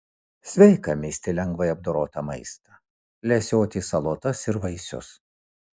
sveika misti lengvai apdorotą maistą lesioti salotas ir vaisius